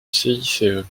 cice